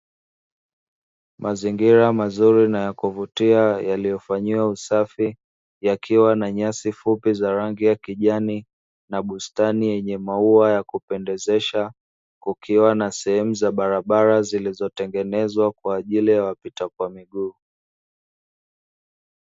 Mazingira mazuri na ya kuvutia yaliyofanyiwa usafi yakiwa na nyasi fupi za rangi ya kijani na bustani yenye maua ya kupendeza, kukiwa sehemu za barabara zilizotengenezwa kwa ajili ya wapita kwa miguu.